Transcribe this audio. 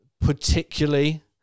particularly